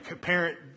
parent